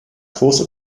große